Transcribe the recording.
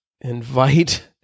invite